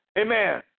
amen